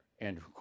Andrew